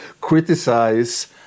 criticize